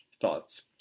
thoughts